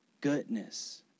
Goodness